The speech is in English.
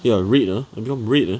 ya red ah I become red eh